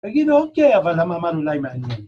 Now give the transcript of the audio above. ‫תגידו, אוקיי, אבל המעמד אולי מעניין.